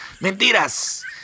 Mentiras